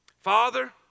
Father